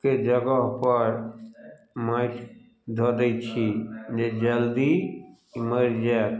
के जगह पर माटि धऽ दै छी जे जल्दी ई मरि जाइ